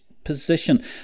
position